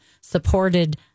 supported